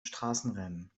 straßenrennen